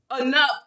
Enough